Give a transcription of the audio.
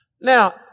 Now